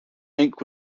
ink